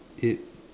it